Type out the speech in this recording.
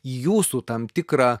į jūsų tam tikrą